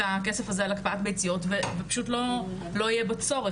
את הכסף הזה על הקפאת ביציות ופשוט לא יהיה בו צורך,